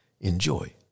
enjoy